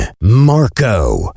Marco